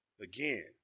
Again